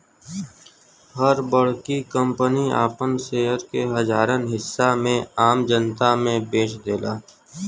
हर बड़की कंपनी आपन शेयर के हजारन हिस्सा में आम जनता मे बेच देला